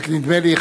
רק נדמה לי,